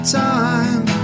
time